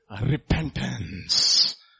repentance